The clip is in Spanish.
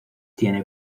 tiene